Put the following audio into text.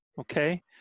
okay